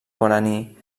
guaraní